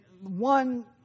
one